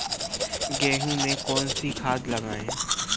गेहूँ में कौनसी खाद लगाएँ?